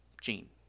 Gene